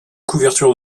couverture